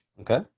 Okay